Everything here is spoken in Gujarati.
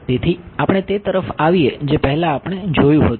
તેથી આપણે તે તરફ આવીએ જે પહેલાં આપણે જોયું હતું